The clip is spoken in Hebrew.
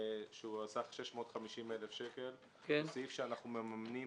סך 650,000 שקלים הוא סעיף שאנחנו מממנים